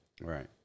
Right